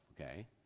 okay